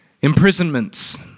Imprisonments